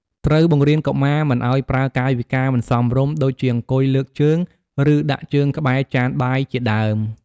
ត្រូវបង្រៀនកុមារ មិនឲ្យប្រើកាយវិការមិនសមរម្យ ដូចជាអង្គុយលើកជើង ឬដាក់ជើងក្បែរចានបាយជាដើម។